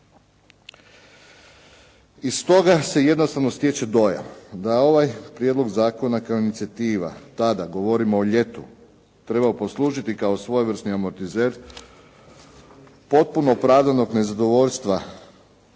Iz toga se jednostavno stječe dojam da ovaj prijedlog zakona kao inicijativa tada, govorimo ljetu, trebao poslužiti kao svojevrsni amortizer potpuno opravdanog nezadovoljstva